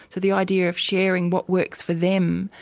so the idea of sharing what works for them,